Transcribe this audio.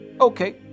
okay